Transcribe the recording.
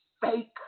fake